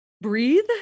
breathe